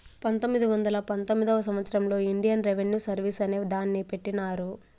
పంతొమ్మిది వందల పంతొమ్మిదివ సంవచ్చరంలో ఇండియన్ రెవిన్యూ సర్వీస్ అనే దాన్ని పెట్టినారు